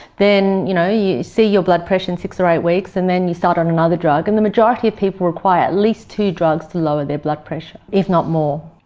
then you know you see your blood pressure in six or eight weeks, and then you start on another drug. drug. and the majority of people require at least two drugs to lower their blood pressure, if not more.